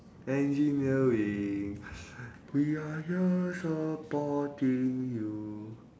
engineering we are here supporting you